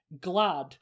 glad